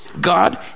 God